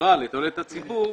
חברה לתועלת הציבור,